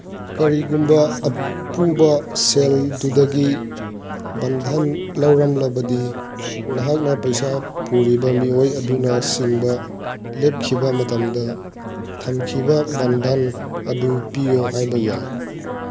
ꯀꯔꯤꯒꯨꯝꯕ ꯑꯄꯨꯕ ꯁꯦꯜꯗꯨꯗꯒꯤ ꯕꯟꯙꯟ ꯂꯧꯔꯝꯂꯕꯗꯤ ꯅꯍꯥꯛꯅ ꯄꯩꯁꯥ ꯄꯨꯔꯤꯕ ꯃꯤꯑꯣꯏ ꯑꯗꯨꯅ ꯁꯤꯡꯕ ꯂꯦꯞꯈꯤꯕ ꯃꯇꯝꯗ ꯊꯝꯈꯤꯕ ꯕꯟꯙꯟ ꯑꯗꯨ ꯄꯤꯌꯣ ꯍꯥꯏꯕ ꯌꯥꯏ